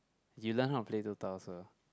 you learn how to play Dota also